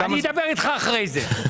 אני אדבר איתך אחרי זה.